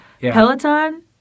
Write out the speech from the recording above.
Peloton